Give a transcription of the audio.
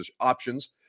options